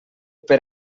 per